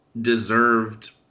deserved